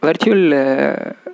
virtual